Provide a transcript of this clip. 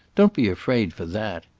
don't be afraid for that.